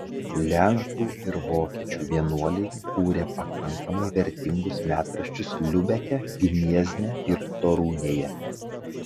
lenkų ir vokiečių vienuoliai kūrė pakankamai vertingus metraščius liubeke gniezne ir torunėje